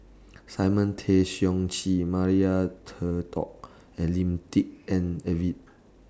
Simon Tay Seong Chee Maria and Lim Tik En